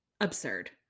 absurd